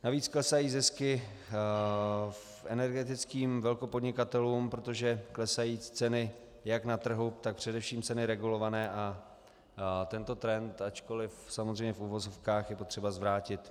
Navíc klesají zisky energetickým velkopodnikatelům, protože klesají ceny jak na trhu, tak především ceny regulované, a tento trend, ačkoli samozřejmě v uvozovkách, je potřeba zvrátit.